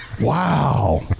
Wow